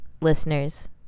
listeners